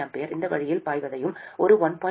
35 mA அந்த வழியில் பாய்வதையும் ஒரு 1